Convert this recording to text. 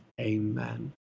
amen